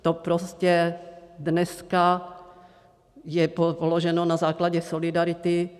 To je prostě dneska položeno na základě solidarity.